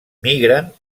migren